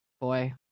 Boy